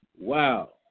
Wow